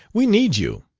we need you.